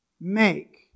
make